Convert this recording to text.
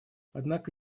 однако